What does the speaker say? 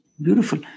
Beautiful